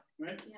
Right